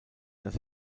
dass